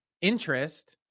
interest